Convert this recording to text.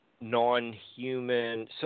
non-human